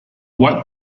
white